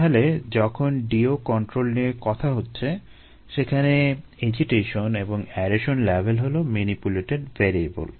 তাহলে যখন DO control নিয়ে কথা হচ্ছে সেখানে এজিটেশন এবং অ্যারেশন লেভেল হলো ম্যানিপুলেটেড ভ্যারিয়েবল